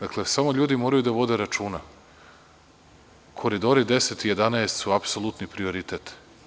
Dakle, samo ljudi moraju da vode računa, koridori 10 i 11 su apsolutni prioritet.